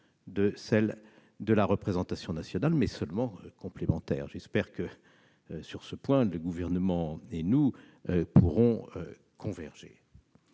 de celle de la représentation nationale, mais seulement complémentaire. J'espère que, sur ce point, le Gouvernement et nous pourrons converger,